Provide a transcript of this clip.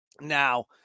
now